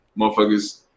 Motherfuckers